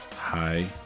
Hi